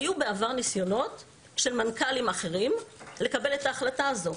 היו בעבר ניסיונות של מנכ"לים אחרים לקבל את ההחלטה הזאת.